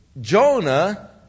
Jonah